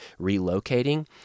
relocating